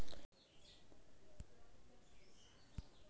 हमनी फसल में पुष्पन अवस्था कईसे पहचनबई?